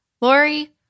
Lori